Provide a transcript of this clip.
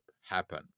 happen